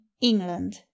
England